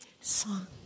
song